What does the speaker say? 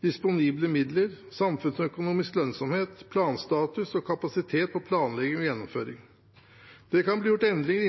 disponible midler, samfunnsøkonomisk lønnsomhet, planstatus og kapasitet på planlegging og gjennomføring. Det kan bli gjort endringer